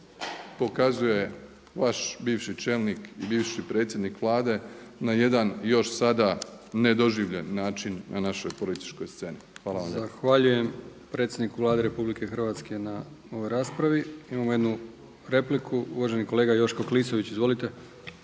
pokazuje vaš bivši čelnik i bivši predsjednik Vlade na jedan još sada nedoživljen način na našoj političkoj sceni. Hvala vam lijepa. **Brkić, Milijan (HDZ)** Zahvaljujem predsjedniku Vlade Republike Hrvatske na ovoj raspravi. Imamo jednu repliku. Uvaženi kolega Joško Klisović, izvolite.